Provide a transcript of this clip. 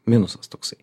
minusas toksai